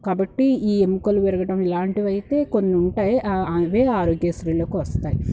కాబట్టి ఈ ఎముకలు విరగటం ఇలాంటివైతే కొన్నుంటాయి అవే ఆరోగ్యశ్రీలోకి వస్తాయి